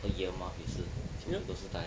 ear muff 也是全部都是带